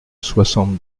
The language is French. soixante